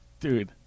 Dude